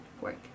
work